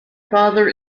father